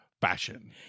fashion